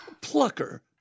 Plucker